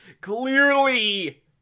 Clearly